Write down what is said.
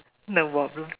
no problem